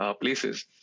places